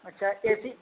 अच्छा ए सी